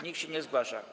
Nikt się nie zgłasza.